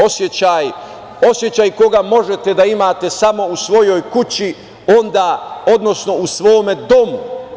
Osećaj koga možete da imate samo u svojoj kući, odnosno u svome domu?